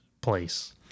place